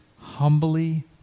Humbly